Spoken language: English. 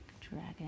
dragon